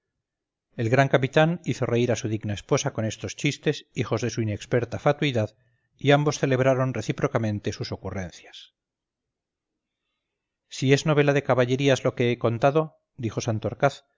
el gran capitán hizo reír a su digna esposa con estos chistes hijos de su inexperta fatuidad y ambos celebraron recíprocamente sus ocurrencias si es novela de caballerías lo que he contado dijo